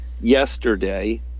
Yesterday